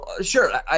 sure